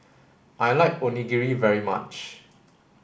I like Onigiri very much